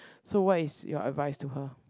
so what is your advice to her